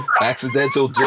accidental